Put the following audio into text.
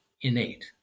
innate